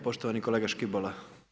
Poštovani kolega Škibola.